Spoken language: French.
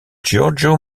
giorgio